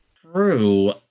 true